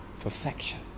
Perfection